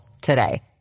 today